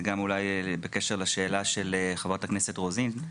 זה גם אולי בקשר לשאלה של חה"כ רוזין.